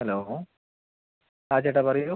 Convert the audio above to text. hello ആ ചേട്ടാ പറയൂ